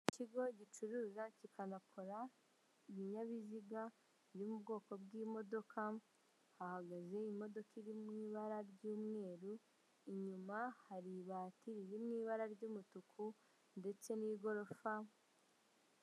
Ikigo gicuruza kikanakora ibinyabiziga biri mu bwoko bw'imodoka hahagaze imodoka iri mu ibara ry'umweru, inyuma hari ibati riri mu ibara ry'umutuku ndetse n'igorofa.